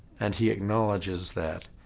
and he acknowledges that